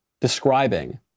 describing